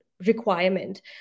requirement